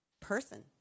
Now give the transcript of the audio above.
person